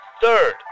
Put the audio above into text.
Third